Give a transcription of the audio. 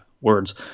words